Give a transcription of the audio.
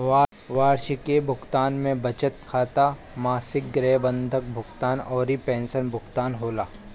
वार्षिकी भुगतान में बचत खाता, मासिक गृह बंधक भुगतान अउरी पेंशन भुगतान होला